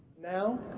Now